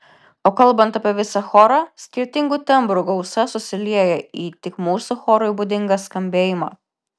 o kalbant apie visą chorą skirtingų tembrų gausa susilieja į tik mūsų chorui būdingą skambėjimą